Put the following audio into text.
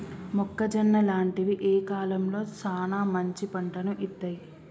మొక్కజొన్న లాంటివి ఏ కాలంలో సానా మంచి పంటను ఇత్తయ్?